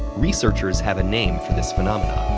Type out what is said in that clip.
researchers have a name for this phenomena,